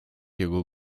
jego